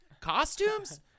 costumes